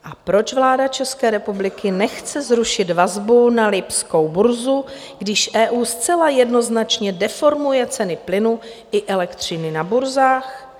A proč vláda České republiky nechce zrušit vazbu na lipskou burzu, když EU zcela jednoznačně deformuje ceny plynu i elektřiny na burzách?